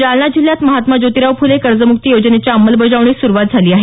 जालना जिल्ह्यात महात्मा ज्योतिराव फुले कर्जमुक्ती योजनेच्या अंमलबजावणीस सुरुवात झाली आहे